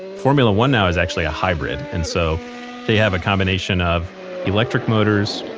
formula one now is actually a hybrid, and so they have a combination of electric motors,